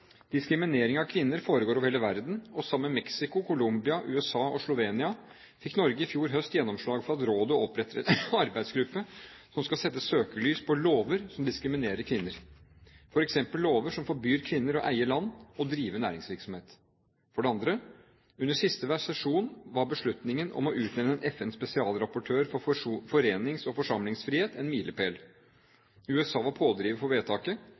Diskriminering av kvinner foregår over hele verden, og sammen med Mexico, Colombia, USA og Slovenia fikk Norge i fjor høst gjennomslag for at rådet oppretter en arbeidsgruppe som skal sette søkelys på lover som diskriminerer kvinner, f.eks. lover som forbyr kvinner å eie land og drive næringsvirksomhet. For det andre: Under siste sesjon var beslutningen om å utnevne en FNs spesialrapportør for forenings- og forsamlingsfrihet en milepæl. USA var pådriver for vedtaket,